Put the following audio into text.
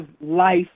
life